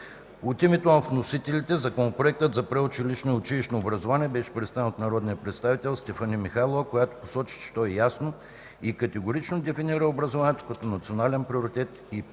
От името на вносителите Законопроектът за предучилищното и училищното образование беше представен от народния представител Стефани Михайлова, която посочи, че той ясно и категорично дефинира образованието като национален приоритет и преформулира